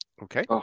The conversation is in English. Okay